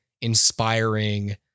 inspiring